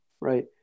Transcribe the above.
right